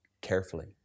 carefully